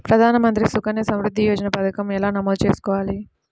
ప్రధాన మంత్రి సుకన్య సంవృద్ధి యోజన పథకం ఎలా నమోదు చేసుకోవాలీ?